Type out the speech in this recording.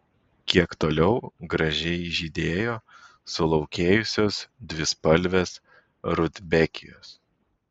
kiek toliau gražiai žydėjo sulaukėjusios dvispalvės rudbekijos